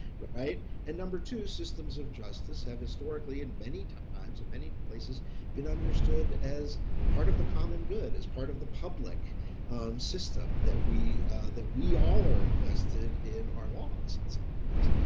right. and number two systems of justice have historically and many times in many places been understood as part of the common good as part of the public system that we that we all are invested in our laws in some ways.